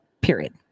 period